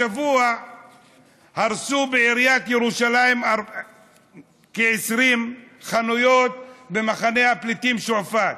השבוע הרסו בעיריית ירושלים כ-20 חנויות במחנה הפליטים שועפאט.